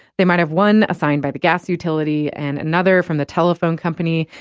they might have one assigned by the gas utility, and another from the telephone company.